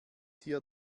hier